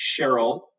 Cheryl